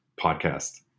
podcast